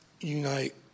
unite